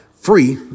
Free